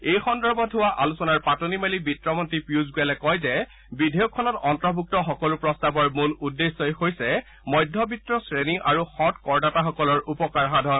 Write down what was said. এই সন্দৰ্ভত হোৱা আলোচনাৰ পাতনি মেলি বিত্তমন্ত্ৰী পীযুষ গোৱেলে কয় যে বিধেয়কখনত অন্তৰ্ভুক্ত সকলো প্ৰস্তাৱৰ মূল উদ্দেশ্যেই হৈছে মধ্যবিত্ত শ্ৰেণী আৰু সং কৰদাতাসকলৰ উপকাৰ সাধন